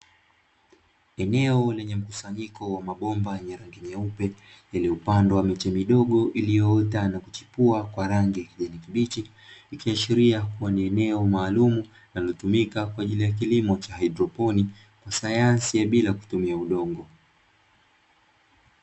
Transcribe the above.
Eneo lenye mkusanyiko wa mabomba yenye rangi nyeupe, yaliyopandwa miche midogo iliyoota na kuchepua kwa rangi ya kijani kibichi. Ikiashiria kuwa ni eneo maalumu linalotumika kwa ajili ya kilimo cha haidroponi, sayansi ya bila kutumia udongo.